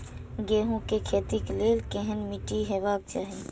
गेहूं के खेतीक लेल केहन मीट्टी हेबाक चाही?